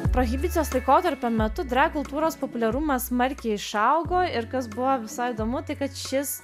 prohibicijos laikotarpio metu drag kultūros populiarumas smarkiai išaugo ir kas buvo visai įdomu tai kad šis